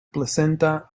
placenta